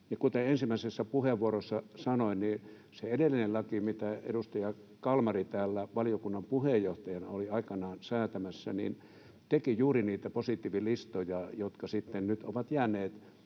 kuten ensimmäisessä puheenvuorossa sanoin, se edellinen laki, mitä edustaja Kalmari täällä valiokunnan puheenjohtajana oli aikanaan säätämässä, teki juuri niitä positiivilistoja, jotka nyt ovat sitten